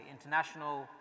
International